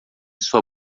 sua